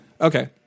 Okay